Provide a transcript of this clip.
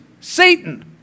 Satan